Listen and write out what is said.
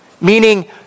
meaning